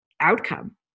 outcome